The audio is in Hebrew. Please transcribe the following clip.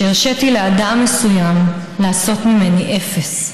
שהרשיתי לאדם מסוים לעשות ממני אפס,